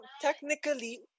technically